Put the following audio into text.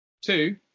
Two